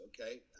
Okay